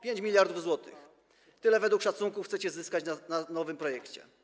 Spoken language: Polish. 5 mld zł - tyle według szacunków chcecie zyskać na nowym projekcie.